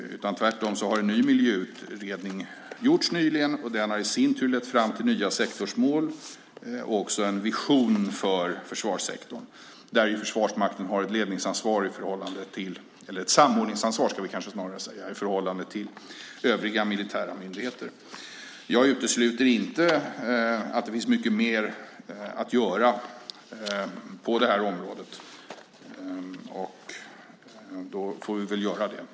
Tvärtom har nyligen en ny miljöutredning gjorts. Den i sin tur har lett fram till nya sektorsmål och också till en vision för försvarssektorn. Försvarsmakten har där ett samordningsansvar i förhållande till övriga militära myndigheter. Jag utesluter inte att det finns mycket mer att göra på det här området, och då får vi väl göra det.